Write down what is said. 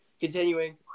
continuing